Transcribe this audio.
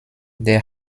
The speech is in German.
der